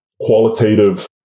qualitative